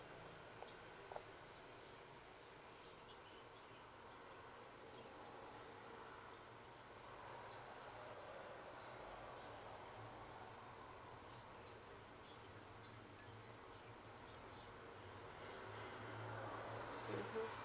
mmhmm